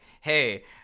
hey